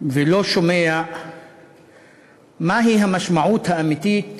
ולא שומע מהי המשמעות האמיתית